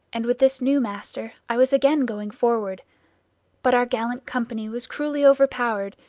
and with this new master i was again going forward but our gallant company was cruelly overpowered,